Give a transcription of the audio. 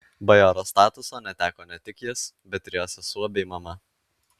bajoro statuso neteko ne tik jis bet ir jo sesuo bei mama